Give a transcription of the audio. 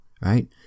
right